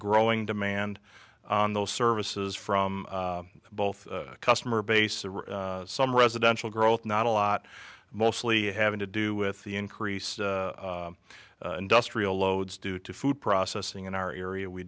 growing demand on those services from both customer base and some residential growth not a lot mostly having to do with the increase industrial loads due to food processing in our area we